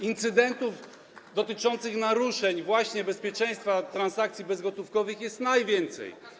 Incydentów dotyczących naruszeń właśnie bezpieczeństwa transakcji bezgotówkowych jest najwięcej.